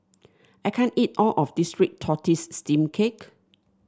I can't eat all of this Red Tortoise Steamed Cake